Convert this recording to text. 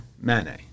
Manet